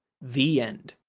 the end.